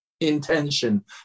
intention